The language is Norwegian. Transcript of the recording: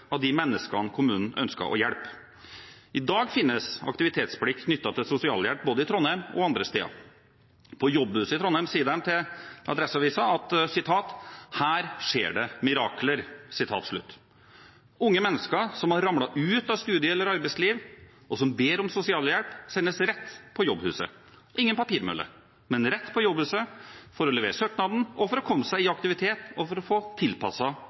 av de menneskene kommunen ønsket å hjelpe. I dag finnes aktivitetsplikt knyttet til sosialhjelp både i Trondheim og andre steder. På Jobbhuset i Trondheim sier de til Adresseavisen at her skjer det mirakler. Unge mennesker som har ramlet ut av studie- eller arbeidsliv, og som ber om sosialhjelp, sendes rett på Jobbhuset – ingen papirmølle, men rett på Jobbhuset for å levere søknaden, komme seg i aktivitet og få